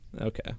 Okay